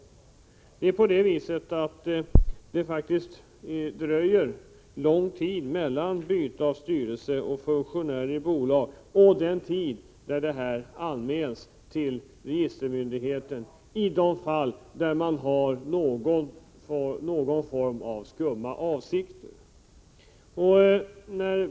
I de fall där man har skumma avsikter av något slag tar det faktiskt lång tid mellan bytet av styrelseledamöter och funktionärer i bolaget och anmälan till registermyndigheten.